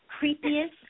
creepiest